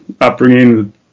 upbringing